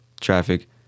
traffic